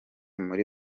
muri